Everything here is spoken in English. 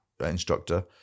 instructor